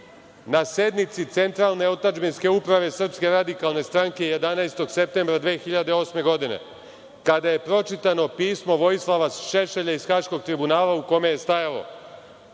na sednici Centralne otadžbinske uprave Srpske radikalne stranke 11. septembra 2008. godine, kada je pročitano pismo Vojislava Šešelja iz Haškog tribunala u kome je stajalo